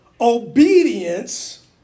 Obedience